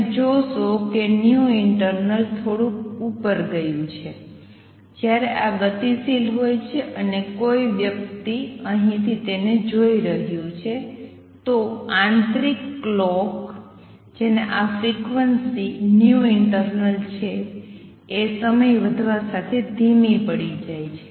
તમે જોશો કે internal થોડૂક ઉપર ગયુ છે જ્યારે આ ગતિશીલ હોય છે અને કોઈ વ્યક્તિ અહીંથી તેને જોઈ રહ્યું છે તો આંતરિક ક્લોક જેને આ ફ્રિક્વન્સી internal છે એ સમય વધવા સાથે ધીમી પડી જાય છે